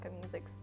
music